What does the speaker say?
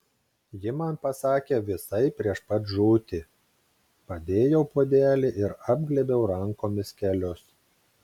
ji man pasakė visai prieš pat žūtį padėjau puodelį ir apglėbiau rankomis kelius